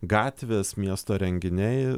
gatvės miesto renginiai